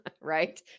Right